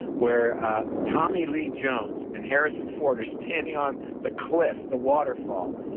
where tommy lee jones and harrison ford are standing on the cliff, the waterfall,